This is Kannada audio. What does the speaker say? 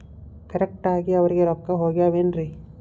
ಕರೆಕ್ಟ್ ಆಗಿ ಅವರಿಗೆ ರೊಕ್ಕ ಹೋಗ್ತಾವೇನ್ರಿ?